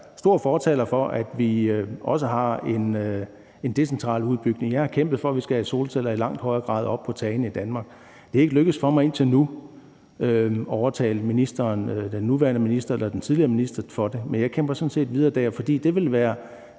stor fortaler for, at vi har en decentral udbygning. Jeg har kæmpet for, at vi i langt højere grad skal have solceller op på tagene i Danmark. Det er ikke lykkedes for mig indtil nu at overtale den nuværende minister eller den tidligere minister til det, men jeg kæmper sådan set videre. For det ville være